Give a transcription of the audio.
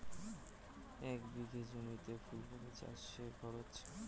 এক বিঘে জমিতে ফুলকপি চাষে খরচ?